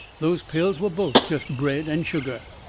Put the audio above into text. those pills were both just bread and sugar.